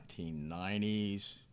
1990s